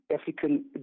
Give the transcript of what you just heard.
African